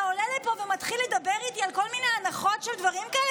אתה עולה לפה ומתחיל לדבר איתי על כל מיני הנחות של דברים כאלה?